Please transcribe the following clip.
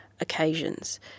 occasions